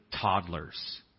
toddlers